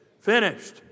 finished